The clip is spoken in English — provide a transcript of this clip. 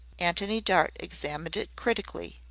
antony dart examined it critically.